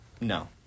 No